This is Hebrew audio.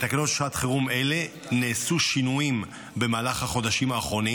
בתקנות שעת חירום אלה נעשו שינויים במהלך החודשים האחרונים